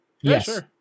Yes